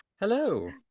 Hello